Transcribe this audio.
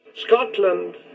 Scotland